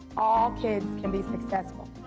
all kids can be successful.